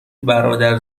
برادر